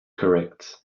correct